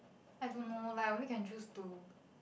I don't know like I only can choose two